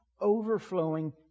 overflowing